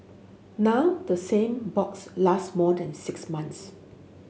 now the same box lasts more than six months